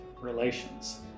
relations